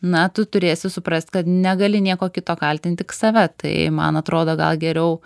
na tu turėsi suprast kad negali nieko kito kaltint tik save tai man atrodo gal geriau